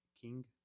King